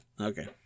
Okay